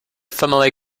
family